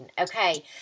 Okay